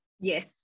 Yes